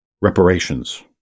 reparations